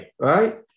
Right